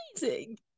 amazing